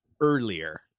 earlier